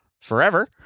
forever